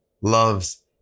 loves